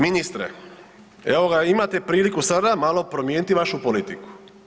Ministre, evo ga, imate priliku sada malo promijeniti vašu politiku.